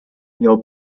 miał